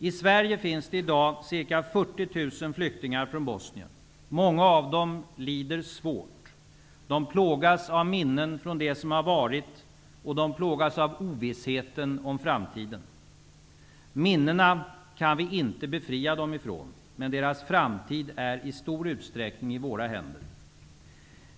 I Sverige finns det i dag ca 40 000 flyktingar från Bosnien. Många av dem lider svårt. De plågas av minnen från det som har varit. De plågas av ovissheten om framtiden. Minnena kan vi inte befria dem från, men deras framtid är i stor utsträckning i våra händer.